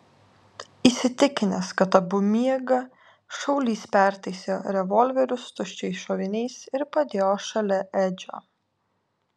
įsitikinęs kad abu miega šaulys pertaisė revolverius tuščiais šoviniais ir padėjo šalia edžio